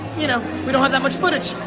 you know, we don't have that much footage.